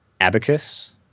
Abacus